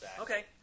Okay